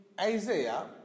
Isaiah